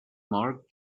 mark